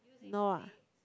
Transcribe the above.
no ah